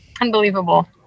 Unbelievable